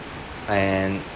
and